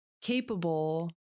capable